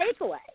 takeaway